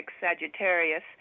Sagittarius